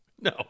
No